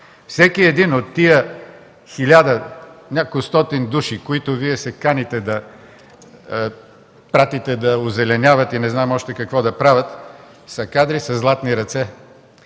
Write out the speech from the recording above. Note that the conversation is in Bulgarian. Всеки един от тези хиляда и неколкостотин души, които Вие се каните да пратите да озеленяват и още не знам какво да правят, са кадри със златни ръце.